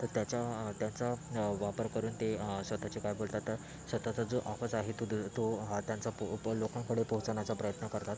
तर त्याच्या त्याचा वापर करून ते स्वतःचे काय बोलतात सतत जो आहे तो दं तो हा त्यांचा पो प लोकांकडे पोहोचण्याचा प्रयत्न करतात